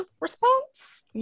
response